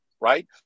right